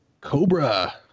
Cobra